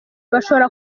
bashobora